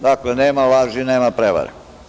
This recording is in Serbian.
Dakle, nema laži, nema prevare.